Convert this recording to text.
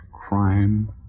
crime